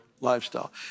lifestyle